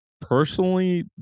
Personally